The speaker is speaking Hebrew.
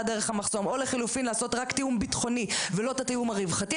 דרך המחסום או לחלופין לעשות רק תיאום ביטחוני ולא את התיאום הרווחתי,